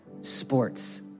sports